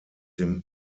dem